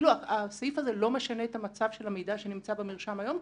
הסעיף הזה לא משנה את המצב של המידע שנמצא במרשם היום?